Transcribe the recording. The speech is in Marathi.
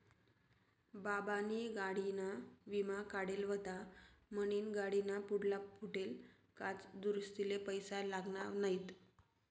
बाबानी गाडीना विमा काढेल व्हता म्हनीन गाडीना पुढला फुटेल काच दुरुस्तीले पैसा लागना नैत